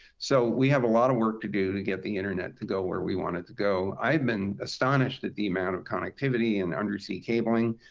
so we have a lot of work to do to get the internet to go where we want it to go. i've been astonished at the amount of connectivity and undersea cabling.